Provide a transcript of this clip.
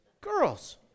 girls